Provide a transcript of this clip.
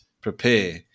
prepare